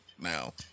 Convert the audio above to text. now